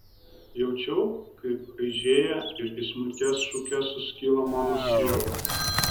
jaučiau kaip eižėja ir į smulkias šukes suskyla mano siela